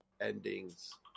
endings